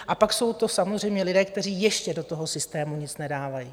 A pak jsou to samozřejmě lidé, kteří ještě do toho systému nic nedávají.